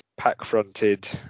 pack-fronted